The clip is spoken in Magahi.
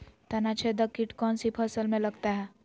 तनाछेदक किट कौन सी फसल में लगता है?